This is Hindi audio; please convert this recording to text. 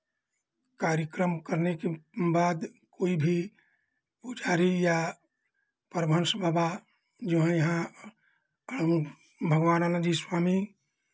कार्यक्रम करने के बाद कोई भी पुजारी या परमहंस बाबा जो हैं यहाँ हम उन भगवानंद जी स्वामी